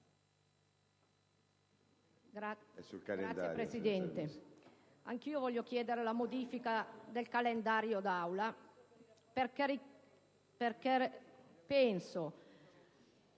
Signor Presidente, anch'io voglio chiedere la modifica del calendario d'Aula perché vorrei